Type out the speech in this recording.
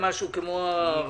מי